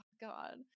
God